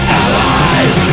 allies